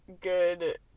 good